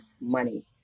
money